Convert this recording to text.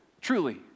truly